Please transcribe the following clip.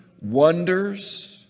wonders